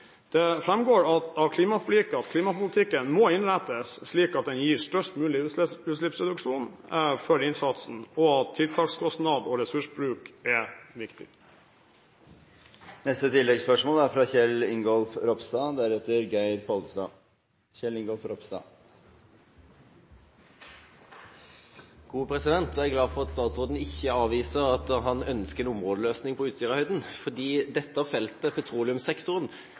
Det framgår av klimaforliket at klimapolitikken må innrettes slik at den gir størst mulig utslippsreduksjon for innsatsen, og tiltakskostnad og ressursbruk er viktig. Kjell Ingolf Ropstad – til oppfølgingsspørsmål. Jeg er glad for at statsråden ikke avviser at han ønsker en områdeløsning på Utsirahøyden, fordi dette feltet, petroleumssektoren,